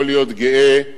יכול להיות גאה,